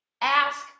ask